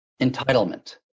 entitlement